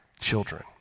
children